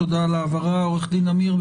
תודה על ההבהרה, עורך דין עמיר.